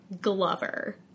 Glover